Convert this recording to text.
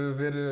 ver